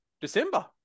December